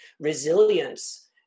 Resilience